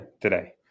today